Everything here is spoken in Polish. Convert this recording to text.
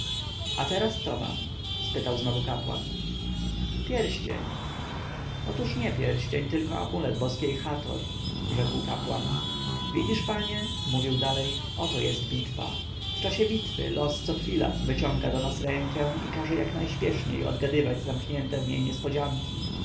a teraz co mam spytał znowu kapłan pierścień otóż nie pierścień tylko amulet boskiej hator rzekł kapłan widzisz panie mówił dalej oto jest bitwa w czasie bitwy los co chwilę wyciąga do nas rękę i każe jak najśpieszniej odgadywać zamknięte w niej niespodzianki